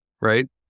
right